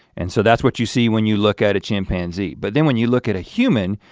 and so that's what you see when you look at a chimpanzee. but then when you look at a human,